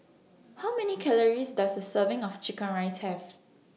How Many Calories Does A Serving of Chicken Rice Have